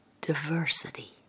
diversity